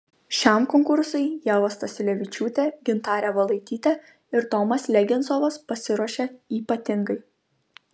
šiam konkursui ieva stasiulevičiūtė gintarė valaitytė ir tomas legenzovas pasiruošė ypatingai